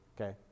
okay